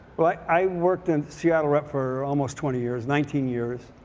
well i worked in seattle rep for almost twenty years, nineteen years.